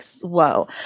whoa